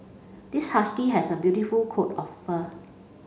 this husky has a beautiful coat of fur